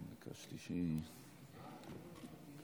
כבוד יושב-ראש הכנסת,